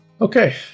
Okay